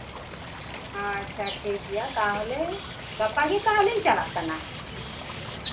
ᱟᱪᱪᱷᱟ ᱴᱷᱤᱠ ᱜᱮᱭᱟ ᱛᱟᱦᱚᱞᱮ ᱜᱟᱯᱟᱜᱮ ᱛᱟᱦᱚᱞᱮᱧ ᱪᱟᱞᱟᱜ ᱠᱟᱱᱟ